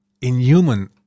inhuman